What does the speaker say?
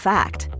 Fact